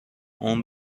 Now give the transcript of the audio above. اون